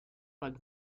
but